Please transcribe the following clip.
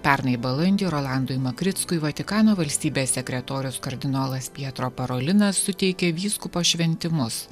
pernai balandį rolandui makrickui vatikano valstybės sekretorius kardinolas pietro parolinas suteikė vyskupo šventimus